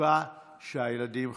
המצוקה שהילדים חווים.